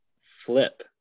flip